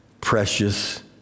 precious